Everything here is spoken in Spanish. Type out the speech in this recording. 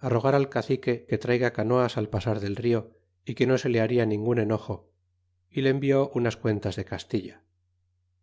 rogar al cacique que traiga canoas al pasar del rio y que no se le baria ningun enojo y le envió unas cuentas de castilla